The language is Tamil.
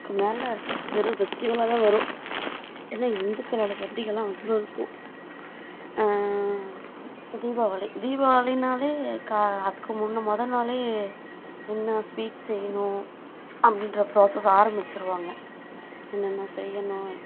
மேலே வெறும் ஃபெஸ்டிவலாக தான் வரும் ஏன்னா இந்துக்களோட பண்டிகைலாம் அவ்வளோ இருக்கும் தீபாவளி தீபாவளினாலே கா அதுக்கு முன்னர் மொதல்நாளே என்ன ஸ்வீட் செய்யணும் அப்படின்ற ப்ராசஸ் ஆரம்பிச்சிடுவாங்க என்னென்ன செய்யணும்